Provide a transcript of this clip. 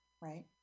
right